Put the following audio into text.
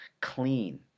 clean